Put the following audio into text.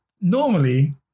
Normally